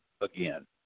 again